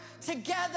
together